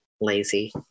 lazy